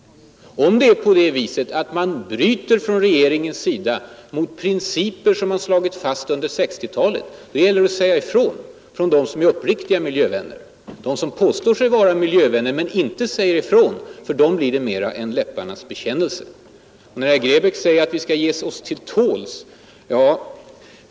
Om det är på det sättet att man från regeringens sida bryter mot principer som man slagit fast under 1960-talet, då gäller det för dem som är uppriktiga miljövänner att säga ifrån. För dem som påstår sig vara miljövänner men inte säger ifrån blir det mera en läpparnas bekännelse. Herr Grebäck säger att vi skall ”ge oss till tåls”.